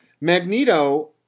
Magneto